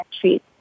treat